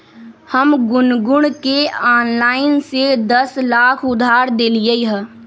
हम गुनगुण के ऑनलाइन से दस लाख उधार देलिअई ह